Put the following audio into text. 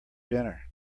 dinner